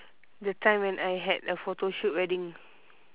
that time when I had a photoshoot wedding